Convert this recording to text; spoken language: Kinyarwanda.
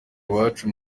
iwacu